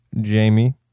Jamie